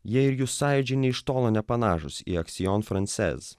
jie ir jusaičiui nė iš tolo nepanašūs į aksiom francez